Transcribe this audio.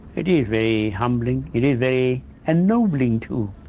it is very humbling, it is very ennobling too.